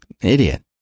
idiot